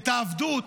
את העבדות,